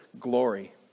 glory